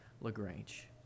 LaGrange